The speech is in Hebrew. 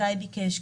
מתי ביקש,